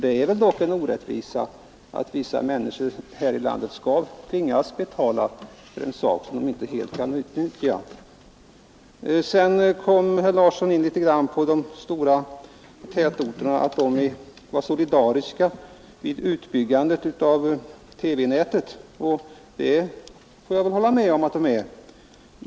Det är dock en orättvisa att många människor här i landet tvingas betala för en sak som de inte helt kan utnyttja. Herr Larsson kom sedan in på att de stora tätorterna var solidariska vid utbyggandet av TV-nätet. Det får jag väl hålla med om att de är.